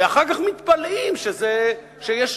ואחר כך מתפלאים שיש,